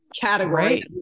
Category